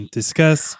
discuss